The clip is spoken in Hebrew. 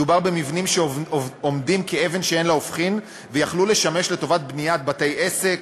מדובר במבנים שעומדים כאבן שאין לה הופכין ויכלו לשמש לבניית בתי-עסק,